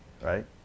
right